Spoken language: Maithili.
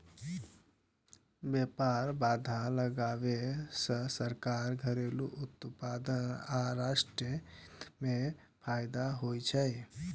व्यापार बाधा लगाबै सं सरकार, घरेलू उत्पादक आ राष्ट्रीय हित कें फायदा होइ छै